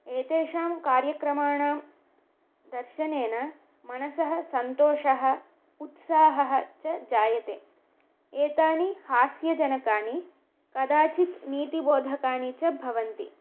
एतेषां कार्यक्रमाणां दर्शनेन मनसः सन्तोषः उत्साहः च जायते एतानि हास्यजनकानि कदाचित् नीतिबोधकानि च भवन्ति